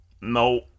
no